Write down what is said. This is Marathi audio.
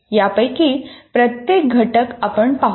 यापैकी प्रत्येक घटक आपण पाहू